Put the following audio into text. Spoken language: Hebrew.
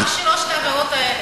רק שלוש העבירות האלה.